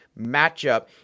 matchup